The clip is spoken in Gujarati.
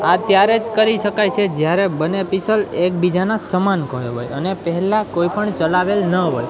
આ ત્યારે જ કરી શકાય છે જ્યારે બંને પીસલ એકબીજાના સમાન ખોએ હોય અને પહેલાં કોઈ પણ ચલાવેલ ન હોય